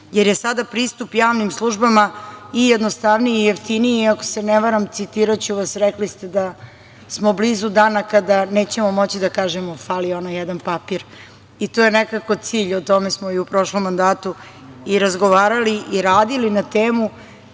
jer je sada pristup javnim službama i jednostavniji i jeftiniji i, ako se ne varam, citiraću vas, rekli ste da smo blizu dana kada nećemo moći da kažemo: „fali onaj jedan papir“ i to je nekako cilj, o tome smo i u prošlom mandatu i razgovarali i radili na temu